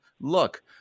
Look